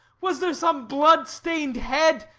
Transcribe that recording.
was there some blood-stained head,